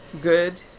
good